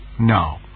No